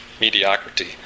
mediocrity